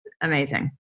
amazing